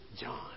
John